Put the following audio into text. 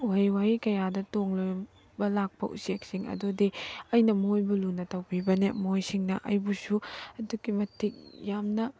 ꯎꯍꯩ ꯋꯥꯍꯩ ꯀꯌꯥꯗ ꯇꯣꯡꯂꯤꯕ ꯂꯥꯛꯄ ꯎꯆꯦꯛꯁꯤꯡ ꯑꯗꯨꯗꯤ ꯑꯩꯅ ꯃꯣꯏꯕꯨ ꯂꯨꯅ ꯇꯧꯕꯤꯕꯅ ꯃꯣꯏꯁꯤꯡꯅ ꯑꯩꯕꯨꯁꯨ ꯑꯗꯨꯛꯀꯤ ꯃꯇꯤꯛ ꯌꯥꯝꯅ